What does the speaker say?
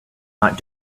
not